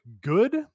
good